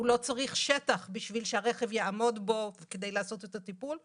הוא לא צריך שטח כדי שהרכב יעמוד בו כדי לעשות את הטיפול.